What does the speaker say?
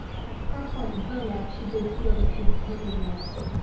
and her point and her life, she did feel that she could take a risk.